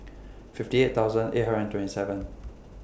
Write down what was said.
fifty eight thousand eight hundred and twenty seven